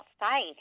outside